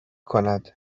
کند